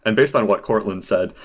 and based on what courtland said,